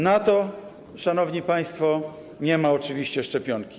Na to, szanowni państwo, nie ma oczywiście szczepionki.